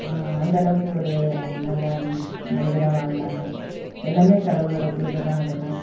அந்த அளவுக்கு ஒரு நல்ல மனிதராக வாழ்ந்தாங்க எல்லாமே கடவுளோட கிருபை தான் அதெல்லாம்